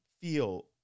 feel